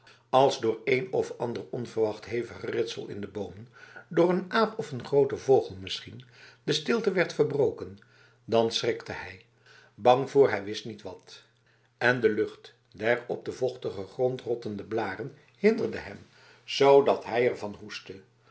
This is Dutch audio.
als door een of ander onverwacht hevig geritsel in de bomen door een aap of n grote vogel misschien de stilte werd verbroken dan schrikte hij bang voor hij wist zelf niet wat en de lucht der op de vochtige grond rottende blaren hinderde hem zodat hij ervan hoestte